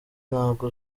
ntabwo